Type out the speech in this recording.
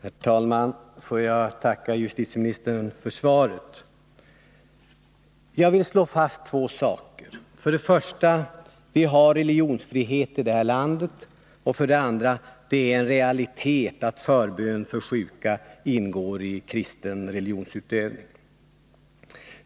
Herr talman! Jag tackar justitieministern för svaret. Jag vill slå fast två saker. För det första: Vi har religionsfrihet i det här landet. För det andra: Det är en realitet att förbön för sjuka ingår i kristen religionsutövning.